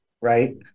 right